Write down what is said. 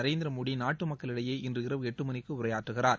நரேந்திரமோடி நாட்டு மக்களிடையே இன்று இரவு எட்டு மணிக்கு உரையாற்றுகிறார்